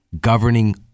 governing